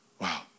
Wow